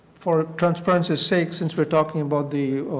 for transparency say, since we are talking about the